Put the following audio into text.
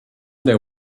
their